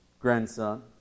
grandson